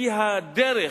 כי הדרך,